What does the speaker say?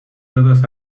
dadas